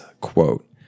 quote